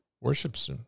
worship's